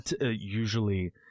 usually